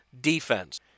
defense